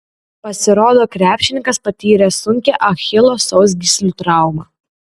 pasirodo krepšininkas patyrė sunkią achilo sausgyslių traumą